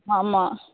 ஆமாம்